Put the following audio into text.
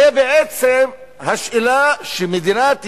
זה בעצם השאלה שמדינת ישראל,